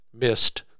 missed